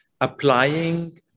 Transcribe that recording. applying